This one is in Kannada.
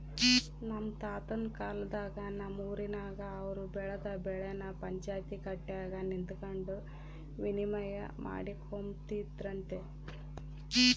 ನಮ್ ತಾತುನ್ ಕಾಲದಾಗ ನಮ್ ಊರಿನಾಗ ಅವ್ರು ಬೆಳ್ದ್ ಬೆಳೆನ ಪಂಚಾಯ್ತಿ ಕಟ್ಯಾಗ ನಿಂತಕಂಡು ವಿನಿಮಯ ಮಾಡಿಕೊಂಬ್ತಿದ್ರಂತೆ